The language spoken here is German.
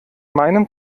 meinem